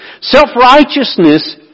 Self-righteousness